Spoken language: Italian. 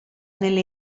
nelle